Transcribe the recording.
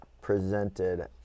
presented